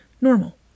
normal